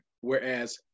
whereas